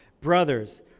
Brothers